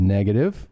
Negative